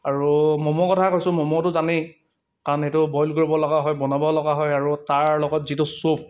আৰু ম'ম' কথা কৈছোঁ ম'ম'টো জানেই কাৰণ সেইটো বইল কৰিব লগা হয় বনাব লগা হয় আৰু তাৰ লগত যিটো চ্য়ুপ